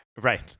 Right